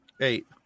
Eight